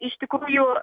iš tikrųjų